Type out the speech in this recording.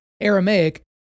Aramaic